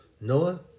Noah